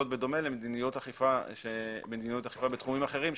זאת בדומה למדיניות אכיפה בתחומים אחרים,